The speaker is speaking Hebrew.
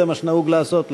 זה מה שנהוג לעשות,